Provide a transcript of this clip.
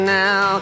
now